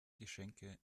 geschenke